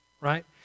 right